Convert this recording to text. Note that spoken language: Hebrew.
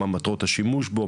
מה מטרות השימוש בו,